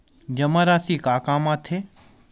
जमा राशि का काम आथे?